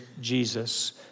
Jesus